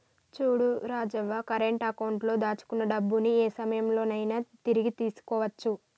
చూడు Rajavva current account లో దాచుకున్న డబ్బుని ఏ సమయంలో నైనా తిరిగి తీసుకోవచ్చు